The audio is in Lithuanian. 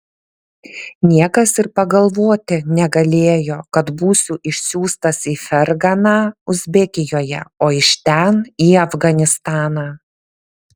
niekas ir pagalvoti negalėjo kad būsiu išsiųstas į ferganą uzbekijoje o iš ten į afganistaną